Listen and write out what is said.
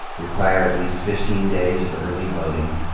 require at least fifteen days of early voting,